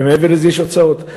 ומעבר לזה יש הוצאות.